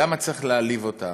למה צריך להעליב אותם?